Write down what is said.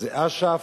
זה אש"ף.